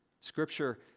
Scripture